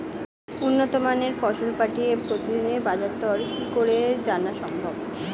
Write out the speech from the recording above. উন্নত মানের ফসল পাঠিয়ে প্রতিদিনের বাজার দর কি করে জানা সম্ভব?